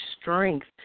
strength